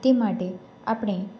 તે માટે આપણે